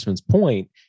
point